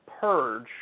purge